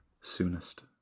soonest